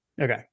Okay